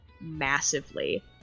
...massively